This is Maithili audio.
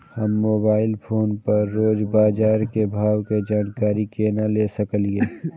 हम मोबाइल फोन पर रोज बाजार के भाव के जानकारी केना ले सकलिये?